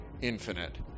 infinite